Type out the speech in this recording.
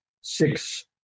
six